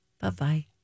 Bye-bye